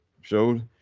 showed